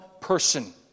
person